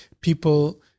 people